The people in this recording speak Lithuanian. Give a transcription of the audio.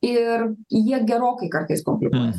ir jie gerokai kartais komplikuoja